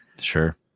sure